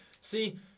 see